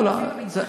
כל הרופאים המתמחים?